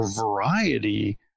variety